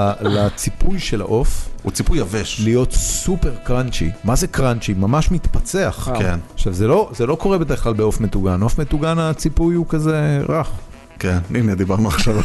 הציפוי של העוף הוא ציפוי יבש, להיות סופר קראנצ'י, מה זה קראנצ'י? ממש מתפצח. כן. עכשיו זה לא קורה בכלל בעוף מטוגן, עוף מטוגן הציפוי הוא כזה רך. כן, הנה דיברנו עכשיו על